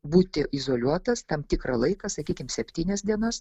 būti izoliuotas tam tikrą laiką sakykim septynias dienas